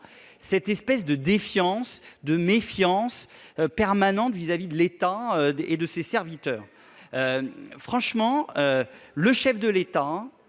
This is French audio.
cette espèce de défiance, de méfiance permanente vis-à-vis de l'État et de ses serviteurs ? Franchement, le chef de l'État